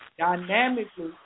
dynamically